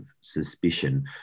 suspicion